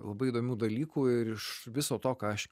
labai įdomių dalykų ir iš viso to ką aš